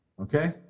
Okay